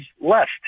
left